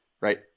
Right